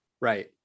Right